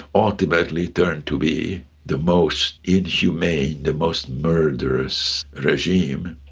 ultimately turned to be the most inhumane, the most murderous regime.